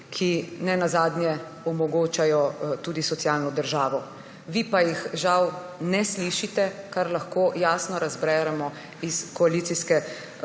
ki ne nazadnje omogočajo tudi socialno državo. Vi pa jih žal ne slišite, kar lahko jasno razberemo iz koalicijske